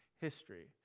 history